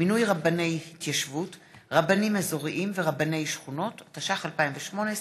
אלי אלאלוף,